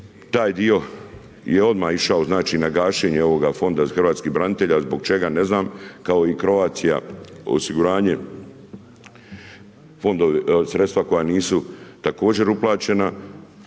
taj dio je odmah išao znači na gašenje ovoga fonda za hrvatskih branitelja, zbog čega ne znam, kao i Croatia osiguranje, sredstva koja nisu također uplaćena,